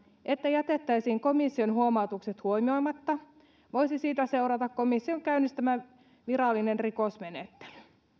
että jätettäisiin komission huomautukset huomioimatta voisi siitä seurata komission käynnistämä virallinen rikosmenettely